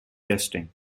testing